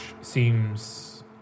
seems